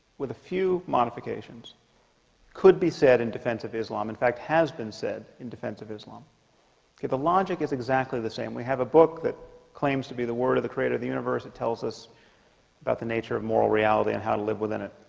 with a few modifications could be said in defense of islam in fact has been said in defense of islam if the logic is exactly the same we have a book that claims to be the word of the creator of the universe it tells us about the nature of moral reality and how to live within it